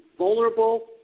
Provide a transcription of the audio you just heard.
vulnerable